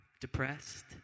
depressed